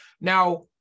Now